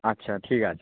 আচ্ছা ঠিক আছে